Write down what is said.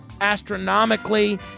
astronomically